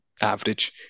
average